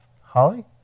Holly